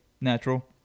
natural